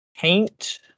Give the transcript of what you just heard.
Paint